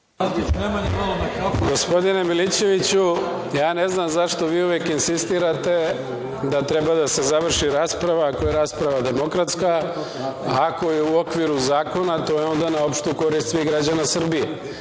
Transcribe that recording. Gospodine Milićeviću, ne znam zašto vi uvek insistirate da treba da se završi rasprava ako je rasprava demokratska, ako je u okviru zakona to je onda na opštu korist svih građana Srbije.